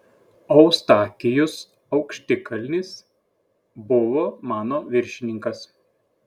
eustachijus aukštikalnis buvo mano viršininkas